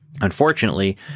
Unfortunately